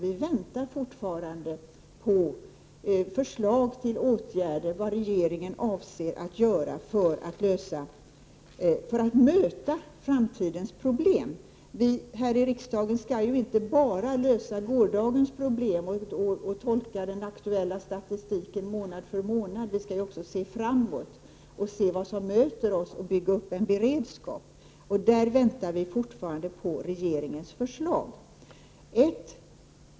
Vi väntar fortfarande på förslag till åtgärder, vad regeringen avser göra för att möta framtidens problem. Vi häri riksdagen skall ju inte bara lösa gårdagens problem och tolka den aktuella statistiken månad för månad. Vi skall också se framåt och se vad som möter oss och bygga upp en beredskap. Därvidlag väntar vi fortfarande på regeringens förslag.